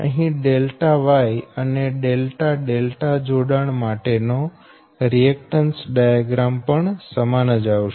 અહી Y અને જોડાણ માટે નો રિએકટન્સ ડાયાગ્રામ પણ સમાન જ આવશે